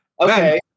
Okay